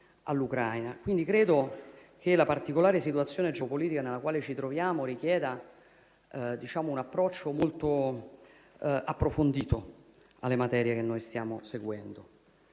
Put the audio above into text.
quindi che la particolare situazione geopolitica nella quale ci troviamo richieda un approccio molto approfondito alle materie che stiamo seguendo,